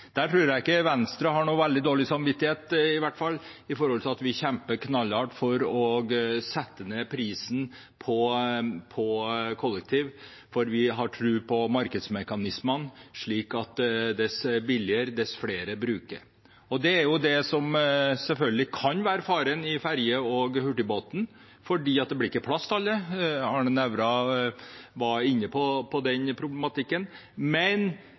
Der tror jeg i hvert fall ikke Venstre har så veldig dårlig samvittighet, i og med at vi kjemper knallhardt for å sette ned prisen på kollektivreiser. For vi har tro på markedsmekanismene, slik at dess billigere, dess flere brukere. Det er jo det som selvfølgelig kan være faren når det gjelder ferger og hurtigbåter, at det ikke blir plass til alle. Arne Nævra var inne på den problematikken. Men